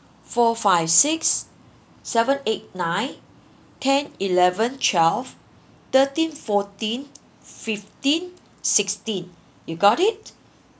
four five six seven eight nine ten eleven twelve thirteen fourteen fifteen sixteen you got it